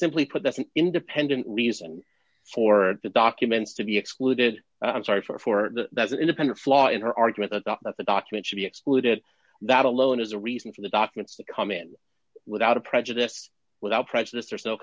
simply put there's an independent reason for it the documents to be excluded i'm sorry for that that's an independent flaw in her argument that the document should be excluded that alone is a reason for the documents to come in without a prejudice without prejudice there's no